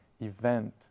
event